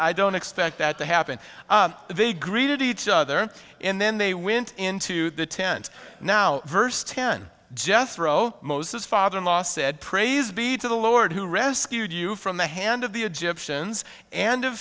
i don't expect that to happen they greeted each other and then they wint into the tent now verse ten jethro moses father in law said praise be to the lord who rescued you from the hand of the